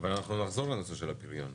אבל אנחנו נחזור לנושא של הפריון.